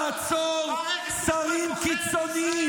תפסיקו כבר עם השקר הזה,